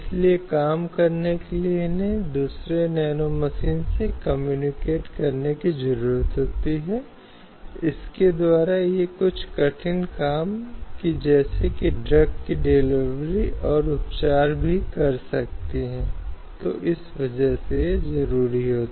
इसलिए अनुच्छेद 40 जो निर्देशक सिद्धांतों की बात करता है राज्य ग्राम पंचायतों को व्यवस्थित करने के लिए कदम उठाएंगे और उन्हें ऐसी शक्तियां और अधिकार प्रदान करेंगे जो उन्हें स्वयं सरकार की इकाइयों के रूप में कार्य करने में सक्षम बनाने के लिए आवश्यक हो